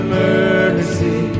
mercy